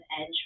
edge